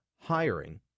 hiring